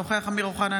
אינו נוכח אמיר אוחנה,